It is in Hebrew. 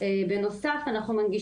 אנחנו רואים